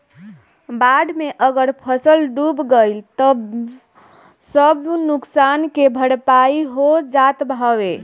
बाढ़ में अगर फसल डूब गइल तअ सब नुकसान के भरपाई हो जात हवे